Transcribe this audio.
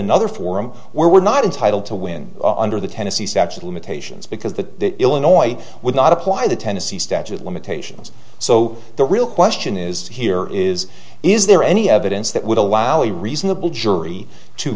another forum where we're not entitle to win under the tenn satch limitations because that illinois would not apply the tennessee statute of limitations so the real question is here is is there any evidence that would allow a reasonable jury to